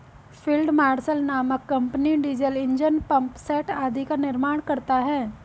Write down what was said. field marshal नामक company diesel engine, pump set आदि का निर्माण करता है